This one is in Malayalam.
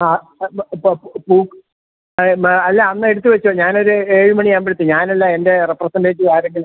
ആ ഇപ്പം പൂ അല്ല അന്നെടുത്ത് വെച്ചോ ഞാനൊരു ഏഴ് മണിയാവുമ്പഴത്തേക്ക് ഞാനല്ല എൻ്റ റെപ്രസെൻറ്റേറ്റീവ് ആരെങ്കിലും